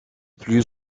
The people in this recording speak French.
plus